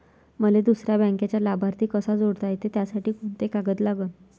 मले दुसऱ्या बँकेचा लाभार्थी कसा जोडता येते, त्यासाठी कोंते कागद लागन?